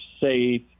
safe